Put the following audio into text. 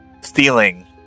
stealing